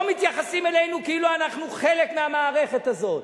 לא מתייחסים אלינו כאילו אנחנו חלק מהמערכת הזאת.